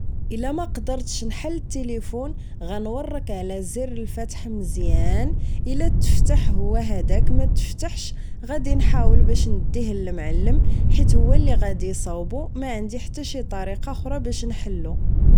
الا ما قدرتش نحل التلفون غنورك على زر فتح مزيان الا تفتح هو هداك ماتفتحش غادي نحاول باش نديه للمعلم حيت هو اللي غادي يصاوبو ما عندي حتى شي طريقة خرى باش نحلو